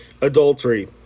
Adultery